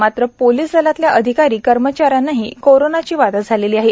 मात्र पोलीस दलातल्या अधिकारी कर्मचाऱ्यांनाही कोरोनाची बाधा झालेली आहे